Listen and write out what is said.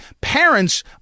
parents